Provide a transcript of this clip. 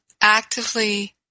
actively